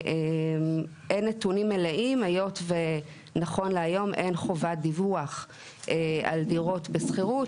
אין נתונים מלאים היות ונכון להיום אין חובת דיווח על דירות בשכירות